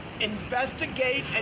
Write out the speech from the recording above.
investigate